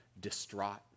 distraught